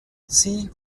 sie